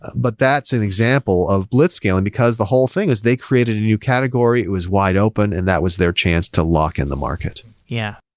but that's an example of blitzscaling, because the whole thing was they create a new category. it was wide open, and that was their chance to lock-in the market yeah.